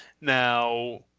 Now